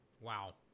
Wow